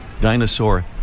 dinosaur